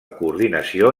coordinació